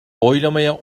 oylamaya